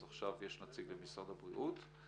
אז עכשיו יש נציגים ממשרד הבריאות,